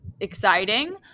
exciting